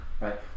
right